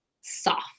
soft